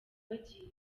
wagiye